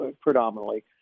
predominantly